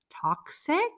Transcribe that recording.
toxic